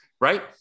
right